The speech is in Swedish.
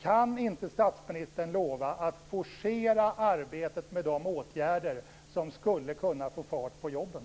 Kan inte statsministern lova att forcera arbetet med de åtgärder som skulle kunna få fart på jobben?